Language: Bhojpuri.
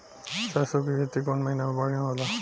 सरसों के खेती कौन महीना में बढ़िया होला?